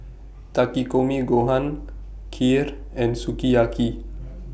Takikomi Gohan Kheer and Sukiyaki